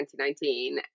2019